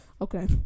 okay